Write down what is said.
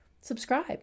Subscribe